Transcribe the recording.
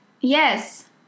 Yes